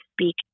speak